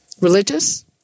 Religious